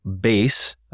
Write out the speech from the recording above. Base